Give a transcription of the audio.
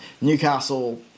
Newcastle